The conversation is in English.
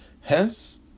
Hence